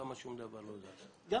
למה שום דבר לא זז.